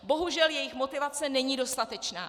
Bohužel, jejich motivace není dostatečná.